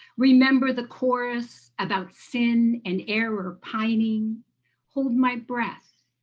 remember the chorus about sin and error pining hold my breath,